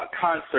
concert